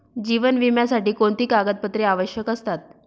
जीवन विम्यासाठी कोणती कागदपत्रे आवश्यक असतात?